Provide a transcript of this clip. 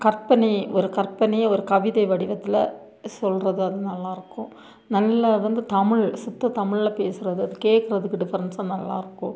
கற்பனை ஒரு கற்பனையை ஒரு கவிதை வடிவத்தில் சொல்கிறது வந்து நல்லாயிருக்கும் நல்லா அது வந்து தமிழ் சுத்த தமிழ்ல பேசுகிறது அது கேட்குறதுக்கு டிஃப்ரென்ஸ் நல்லாயிருக்கும்